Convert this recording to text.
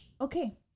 okay